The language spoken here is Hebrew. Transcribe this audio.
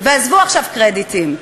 ועזבו עכשיו קרדיטים.